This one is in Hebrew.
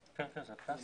סמנכ"ל העירייה,